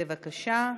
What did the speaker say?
בבקשה,